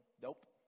nope